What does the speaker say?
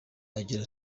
agira